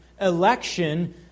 election